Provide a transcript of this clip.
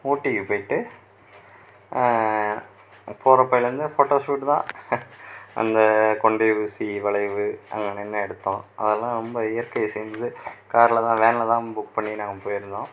ஊட்டிக்கு போய்ட்டு போகிற அப்பயிலருந்து ஃபோட்டோ ஷூட்டு தான் அந்த கொண்டை ஊசி வளைவு அங்கே நின்று எடுத்தோம் அதெல்லாம் ரொம்ப இயற்கை சீன்ஸ் காரில் தான் வேனில் தான் புக் பண்ணி நாங்கள் போயிருந்தோம்